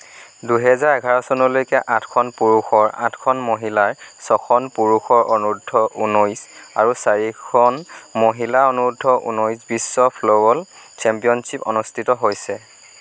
দুহেজাৰ এঘাৰ চনলৈকে আঠখন পুৰুষৰ আঠখন মহিলাৰ ছখন পুৰুষৰ অনুৰ্ধ্ব ঊনৈছ আৰু চাৰিখন মহিলাৰ অনুৰ্ধ্ব ঊনৈছ বিশ্ব ফ্ল'ৰবল চেম্পিয়নশ্বিপ অনুষ্ঠিত হৈছে